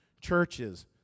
churches